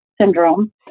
syndrome